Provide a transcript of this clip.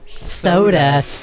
soda